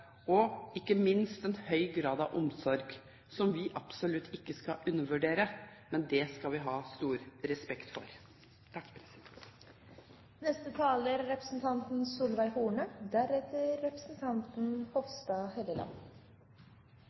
og ikke minst en høy grad av omsorg, som vi absolutt ikke skal undervurdere. Det skal vi ha stor respekt for.